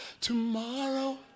tomorrow